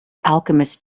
alchemist